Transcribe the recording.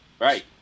right